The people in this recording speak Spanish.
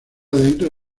dentro